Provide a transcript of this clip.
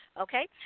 okay